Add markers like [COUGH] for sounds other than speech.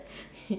[LAUGHS]